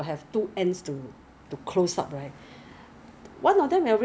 your product 他会 send 到一个一个 warehouse in